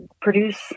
produce